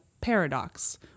paradox